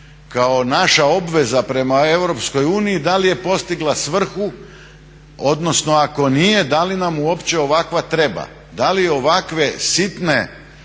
kao naša obveza prema Europskoj uniji, da li je postigla svrhu odnosno ako nije da li nam uopće ovakva treba, da li ovakve sitne